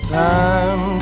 time